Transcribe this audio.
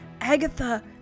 Agatha